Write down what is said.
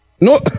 No